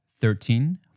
thirteen